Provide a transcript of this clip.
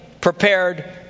prepared